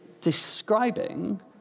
describing